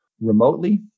remotely